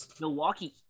milwaukee